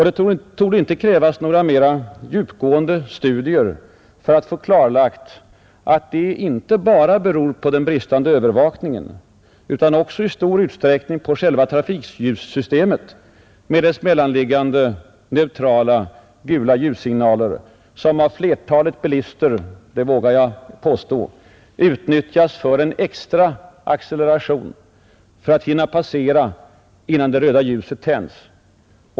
Det torde inte krävas några mera djupgående studier för att få klarlagt att detta inte bara beror på den bristande övervakningen utan också i stor utsträckning på själva trafikljussystemet med dess mellanliggande neutrala gula ljussignaler, som av flertalet bilister — det vågar jag påstå — utnyttjas för en extra acceleration för att de skall hinna passera innan det röda ljuset tänds.